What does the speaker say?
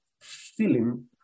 feeling